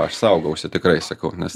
aš saugausi tikrai sakau nes